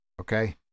okay